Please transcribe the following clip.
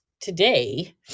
today